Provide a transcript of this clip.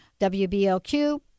WBLQ